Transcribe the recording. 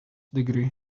degree